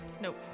Nope